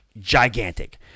gigantic